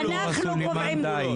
חברת הכנסת עאידה תומא סלימאן די.